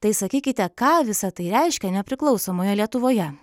tai sakykite ką visa tai reiškia nepriklausomoje lietuvoje